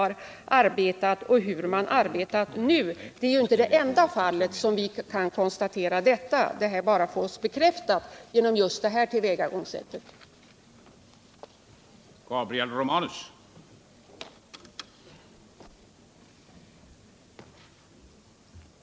Detta är inte den enda gången vi har kunnat konstatera det här förhållandet. Vi har bara fått en bekräftelse genom tillvägagångssättet den här gången.